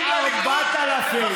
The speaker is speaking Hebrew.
איפה המצאת את השטויות האלה?